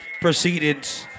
proceedings